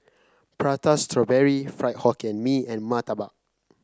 Prata Strawberry Fried Hokkien Mee and murtabak